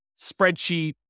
spreadsheet